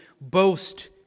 boast